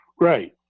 Right